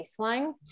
baseline